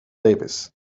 davis